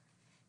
נכון.